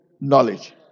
knowledge